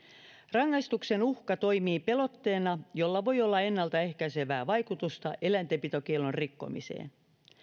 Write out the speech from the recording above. rangaistuksen uhka toimii pelotteena jolla voi olla ennalta ehkäisevää vaikutusta eläintenpitokiellon rikkomiseen